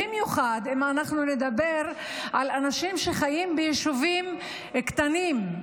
במיוחד אם אנחנו נדבר על אנשים שחיים ביישובים קטנים,